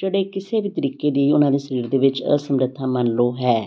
ਜਿਹੜੇ ਕਿਸੇ ਵੀ ਤਰੀਕੇ ਦੀ ਉਹਨਾਂ ਦੇ ਸਰੀਰ ਦੇ ਵਿੱਚ ਅਸਮਰੱਥਾ ਮੰਨ ਲਓ ਹੈ